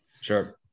Sure